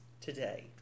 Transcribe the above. Today